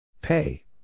pay